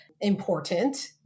important